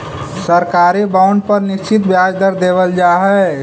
सरकारी बॉन्ड पर निश्चित ब्याज दर देवल जा हइ